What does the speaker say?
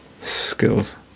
Skills